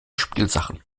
spielsachen